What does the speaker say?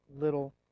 little